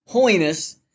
Holiness